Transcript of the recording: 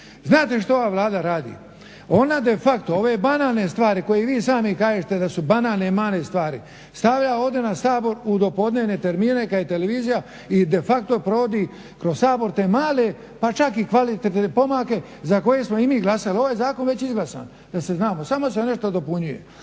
znate što ova Vlada radi, ona de facto ove banalne stvari koje vi i sami kažete da su banalne i male stvari stavlja ovdje na Sabor u dopodnevne termine kad je televizija i de facto provodi kroz Sabor te male pa čak i kvalitetne pomake za koje smo i mi glasali. Ovaj zakon je već izglasan, da se zna, samo se nešto dopunjuje.